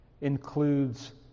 includes